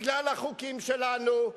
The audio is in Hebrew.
בגלל החוקים שלנו,